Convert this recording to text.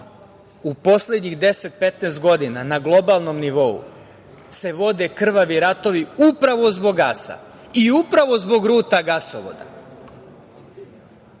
u poslednjih 10, 15 godina na globalnom nivou se vode krvavi ratovi upravo zbog gasa i upravo zbog ruta gasovoda.